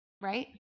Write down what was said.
right